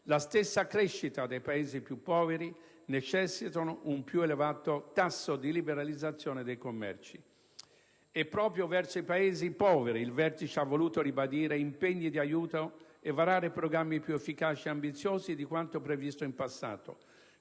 la stessa crescita dei Paesi più poveri, necessitano un più elevato tasso di liberalizzazione dei commerci. E proprio verso i Paesi poveri il vertice ha voluto ribadire impegni di aiuto e varare programmi più efficaci e ambiziosi di quanto previsto in passato.